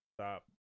stop